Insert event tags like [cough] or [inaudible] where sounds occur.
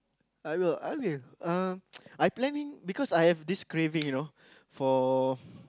I will I mean uh [noise] I planning because I have this craving you know for